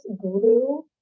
grew